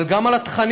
אבל גם בתכנים: